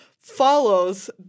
follows